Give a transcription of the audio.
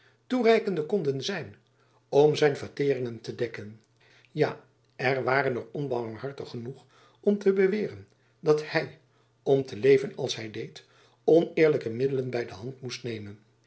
toereikende konden zijn om zijn verteeringen te dekken ja er waren er onbarmhartig genoeg om te beweeren dat hy om te leven als hy deed oneerlijke middelen by de hand moest nemen